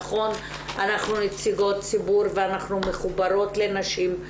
נכון אנחנו נציגות ציבור ואנחנו מחוברות לנשים,